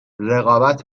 رقابت